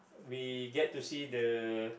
we get to see the